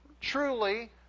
truly